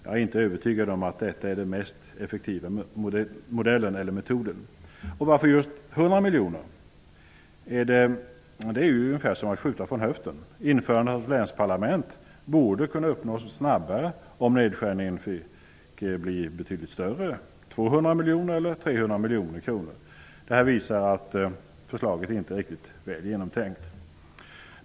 Jag är inte övertygad om att detta är den mest effektiva metoden. Och varför just 100 miljoner kronor? Det är som att skjuta från höften. I så fall borde införande av länsparlament kunna uppnås snabbare om nedskärningarna fick större omfattning, t.ex. 200 eller 300 miljoner kronor. Detta visar att förslaget inte är riktigt väl genomtänkt.